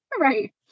Right